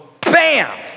BAM